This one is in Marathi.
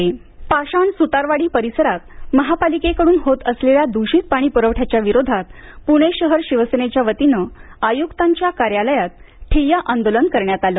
आंदोलन पाषाण सुतारवाडी परिसरात महापालिकेकडून होत असलेल्या दूषित पाणी पुरवठ्याच्या विरोधात पुणे शहर शिवसेनेच्या वतीनं आयुक्तांच्या कार्यालयात ठिय्या आंदोलन करण्यात आलं